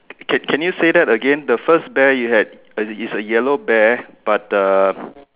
can can you say that again the first bear you had is a is a yellow bear but the